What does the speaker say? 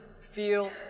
feel